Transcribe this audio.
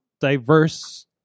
diverse